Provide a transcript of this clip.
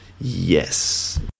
Yes